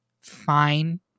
fine